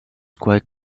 quite